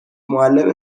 معلم